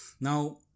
Now